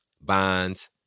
bonds